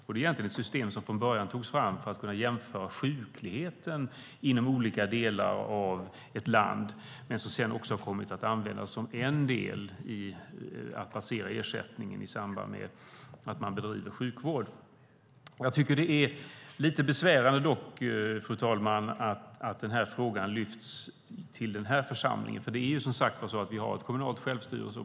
Det är egentligen ett system som från början togs fram för att man skulle kunna jämföra sjukligheten inom olika delar av ett land. Sedan har det också kommit att användas som en del att basera ersättningen på i samband med att man bedriver sjukvård. Jag tycker dock att det är lite besvärande, fru talman, att denna fråga lyfts till den här församlingen. Vi har, som sagt, ett kommunalt självstyre.